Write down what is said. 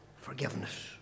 Forgiveness